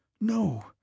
No